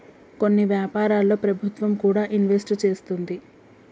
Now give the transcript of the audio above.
కొన్ని వ్యాపారాల్లో ప్రభుత్వం కూడా ఇన్వెస్ట్ చేస్తుంది